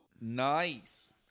Nice